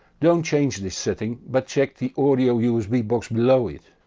don't change this setting but check the audio usb box below it.